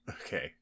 okay